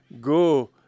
Go